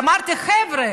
אמרתי: חבר'ה,